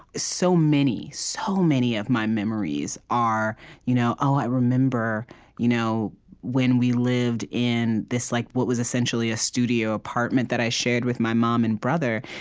so many, so many of my memories are you know oh, i remember you know when we lived in this, like what was essentially a studio apartment that i shared with my mom and brother.